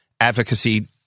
advocacy